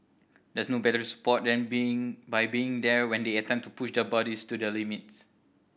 there's no better support than being by being there when they attempt to push their bodies to the limit